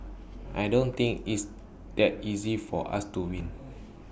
I don't think it's that easy for us to win